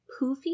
poofy